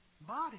body